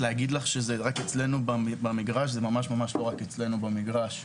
זה ממש ממש לא רק במגרש אצלנו.